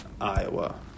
Iowa